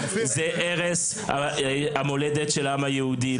זה ערש המולדת של העם היהודי.